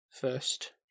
first